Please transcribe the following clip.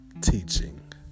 teaching